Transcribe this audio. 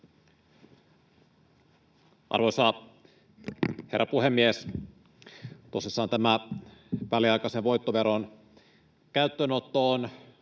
Arvoisa herra puhemies! Tosissaan tämä väliaikaisen voittoveron käyttöönotto on